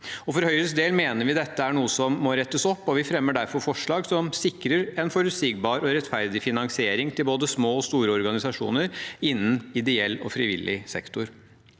For Høyres del mener vi dette er noe som må rettes opp, og vi fremmer derfor forslag som sikrer en forutsigbar og rettferdig finansiering til både små og store organisasjoner innenfor ideell og frivillig sektor.